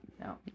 No